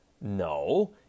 No